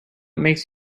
makes